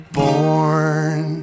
born